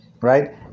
right